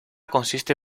consiste